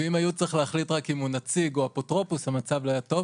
ואם היו צריכים להחליט אם הוא נציג או אפוטרופוס המצב לא היה טוב.